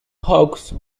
hawks